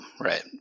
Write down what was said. Right